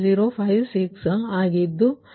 056 ಆಗುತ್ತದೆ